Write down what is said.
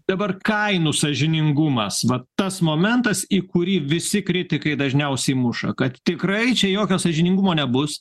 dabar kainų sąžiningumas vat tas momentas į kurį visi kritikai dažniausiai muša kad tikrai čia jokio sąžiningumo nebus